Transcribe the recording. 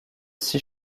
six